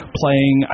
playing